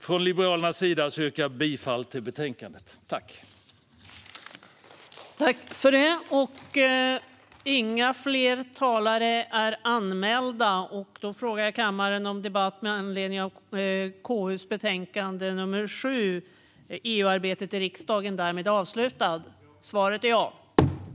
Från Liberalernas sida yrkar jag bifall till utskottets förslag i betänkandet.